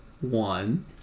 one